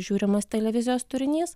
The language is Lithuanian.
žiūrimas televizijos turinys